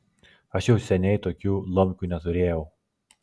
aš jau seniai tokių lomkių neturėjau